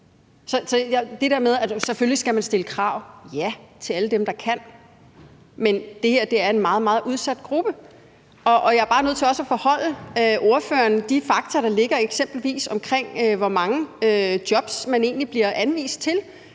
selvfølgelig skal stille krav: Ja, til alle dem, der kan. Men det her er en meget, meget udsat gruppe, og jeg er bare nødt til også at foreholde ordføreren de fakta, der ligger, eksempelvis om, hvor mange jobs man egentlig bliver anvist til.